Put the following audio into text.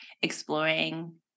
exploring